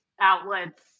outlets